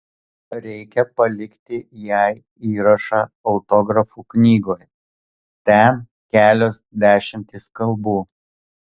reikia palikti jai įrašą autografų knygoje ten kelios dešimtys kalbų